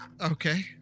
Okay